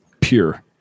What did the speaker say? pure